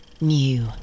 new